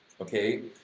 okay?